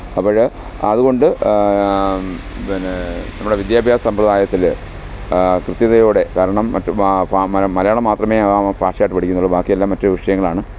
അപ്പഴ് അതുകൊണ്ട് പിന്നെ നമ്മുടെ വിദ്യാഭ്യാസ സമ്പ്രദായത്തിൽ കൃത്യതയോടെ കാരണം മറ്റ് മലയാളം മാത്രമേ ഭാഷയായിട്ട് പഠിക്കുന്നുള്ളൂ ബാക്കിയെല്ലാം മറ്റ് വിഷയങ്ങളാണ്